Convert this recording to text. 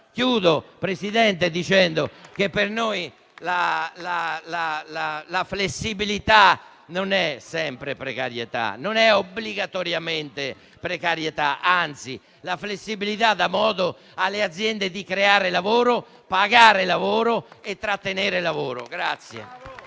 chiudo dicendo che per noi la flessibilità non è sempre precarietà, non è obbligatoriamente precarietà. Anzi, la flessibilità dà modo alle aziende di creare lavoro, pagare lavoro e trattenere lavoro.